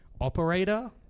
operator